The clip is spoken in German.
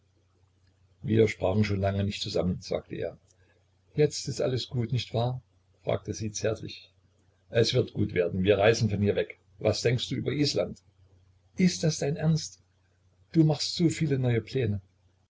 wir sprachen schon lange nicht zusammen sagte er jetzt ist alles gut nicht wahr fragte sie zärtlich es wird gut werden wir reisen von hier weg was denkst du über island ist das dein ernst du machst so viele neue pläne